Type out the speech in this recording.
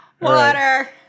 Water